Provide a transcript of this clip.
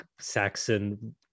Saxon